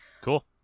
Cool